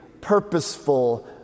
purposeful